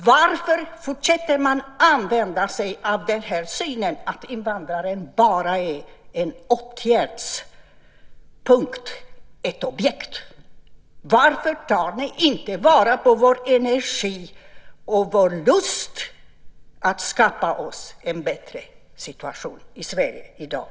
Varför fortsätter man använda sig av synen att invandraren bara är en åtgärdspunkt, ett objekt? Varför tar ni inte vara på vår energi och vår lust att skapa oss en bättre situation i Sverige i dag?